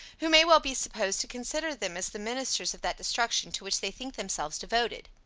who may well be supposed to consider them as the ministers of that destruction to which they think themselves devoted.